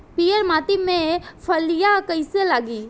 पीयर माटी में फलियां कइसे लागी?